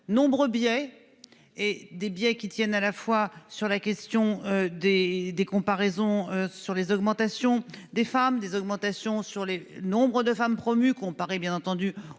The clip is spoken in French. nombreux biais. Et des billets qui tiennent à la fois sur la question des des comparaisons sur les augmentations des femmes des augmentations sur les nombres de femmes promues comparer bien entendu aux